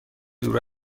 دور